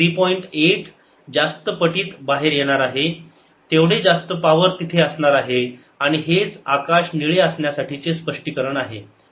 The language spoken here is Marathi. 8 जास्त पटीत बाहेर येणार आहे तेवढे जास्त पावर तिथे असणार आहे आणि हेच आकाश निळे असण्यासाठी चे स्पष्टीकरण आहे